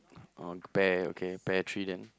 oh pear okay pear tree then